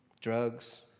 drugs